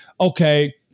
okay